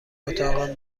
اتاقم